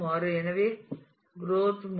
எனவே குரோத் மாறும்